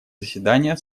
заседания